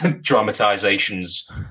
Dramatizations